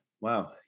Wow